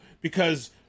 because-